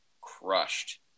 crushed